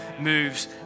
moves